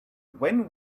when